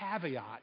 caveat